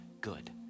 good